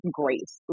grace